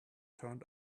turned